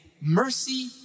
mercy